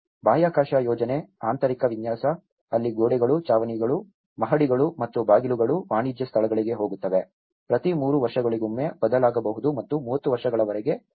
ಬಾಹ್ಯಾಕಾಶ ಯೋಜನೆ ಆಂತರಿಕ ವಿನ್ಯಾಸ ಅಲ್ಲಿ ಗೋಡೆಗಳು ಛಾವಣಿಗಳು ಮಹಡಿಗಳು ಮತ್ತು ಬಾಗಿಲುಗಳು ವಾಣಿಜ್ಯ ಸ್ಥಳಗಳಿಗೆ ಹೋಗುತ್ತವೆ ಪ್ರತಿ 3 ವರ್ಷಗಳಿಗೊಮ್ಮೆ ಬದಲಾಗಬಹುದು ಮತ್ತು 30 ವರ್ಷಗಳವರೆಗೆ ಒಂದೇ ಆಗಿರುತ್ತದೆ